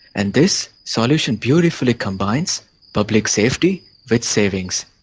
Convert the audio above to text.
and this solution beautifully combines public safety with savings,